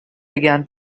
began